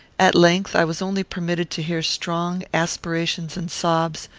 at length, i was only permitted to hear strong aspirations and sobs,